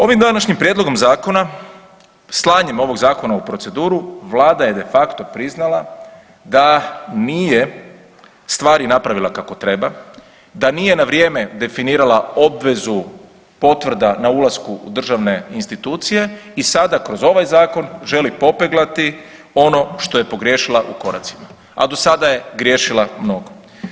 Ovim današnjim prijedlogom zakona, slanjem ovog zakona u proceduru vlada je de facto priznala da nije stvari napravila kako treba, da nije na vrijeme definirala obvezu potvrda na ulasku u državne institucije i sada kroz ovaj zakon želi popeglati ono što je pogriješila u koracima, a do sada je griješila mnogo.